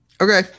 Okay